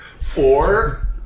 Four